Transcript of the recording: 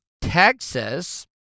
Texas